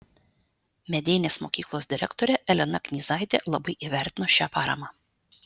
medeinės mokyklos direktorė elena knyzaitė labai įvertino šią paramą